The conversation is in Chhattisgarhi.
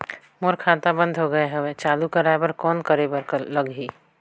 मोर खाता बंद हो गे हवय चालू कराय बर कौन करे बर लगही?